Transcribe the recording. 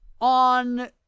on